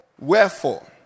wherefore